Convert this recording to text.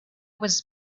was